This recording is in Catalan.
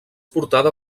portada